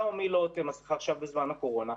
ומי לא עוטה מסכה עכשיו בזמן הקורונה,